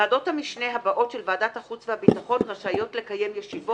ועדות המשנה הבאות של ועדת החוץוהביטחון רשאיות לקייםישיבות